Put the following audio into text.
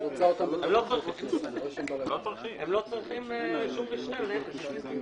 הם לא צריכים שום רישיון.